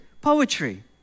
Poetry